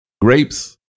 grapes